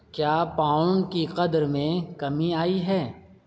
کیا پاؤنڈ کی قدر میں کمی آئی ہے